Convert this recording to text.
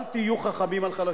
אל תהיו חכמים על חלשים.